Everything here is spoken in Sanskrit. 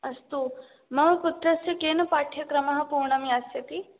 अस्तु मम पुत्रस्य केन पाठ्यक्रमः कोणं यास्यति